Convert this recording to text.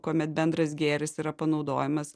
kuomet bendras gėris yra panaudojamas